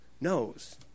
knows